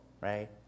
right